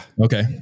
Okay